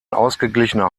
ausgeglichener